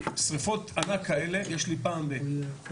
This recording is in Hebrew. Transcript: שריפות ענק כאלה יש לי פעם ב-.